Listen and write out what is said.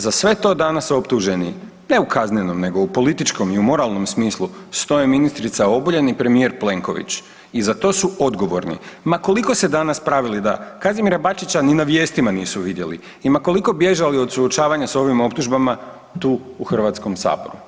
Za sve to danas optuženi ne u kaznenom nego u političkom i moralnom smislu stoje ministrica Obuljen i premijer Plenković i za to su odgovorni ma koliko se danas pravili da Kazimira Bačića ni na vijestima nisu vidjeli i ma koliko bježali od suočavanja s ovim optužbama tu u Hrvatskom saboru.